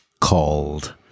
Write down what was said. called